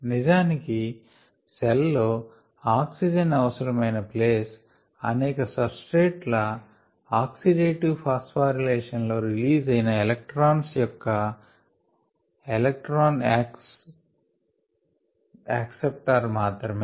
నిజానికి సెల్ లో ఆక్సిజన్ అవసరమైన ప్లేస్ అనేక సబ్స్ట్రేట్ ల ఆక్సీ డేటివ్ ప్యాసఫారీలేషన్ లో రిలీజ్ అయిన ఎలెక్ట్రాన్స్ యొక్క ఎలెక్ట్రాన్ యాక్సె ప్టార్ మాత్రమే